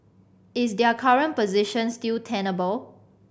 is their current position still tenable